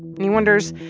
and he wonders,